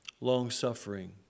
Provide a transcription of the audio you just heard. Long-suffering